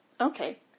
Okay